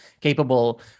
capable